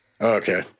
Okay